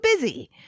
busy